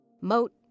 Moat